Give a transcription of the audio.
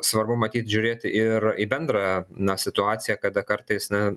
svarbu matyt žiūrėti ir į bendrą na situaciją kada kartais na